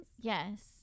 Yes